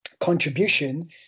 contribution